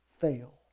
fail